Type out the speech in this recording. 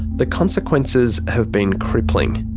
the consequences have been crippling.